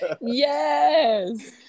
Yes